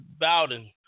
Bowden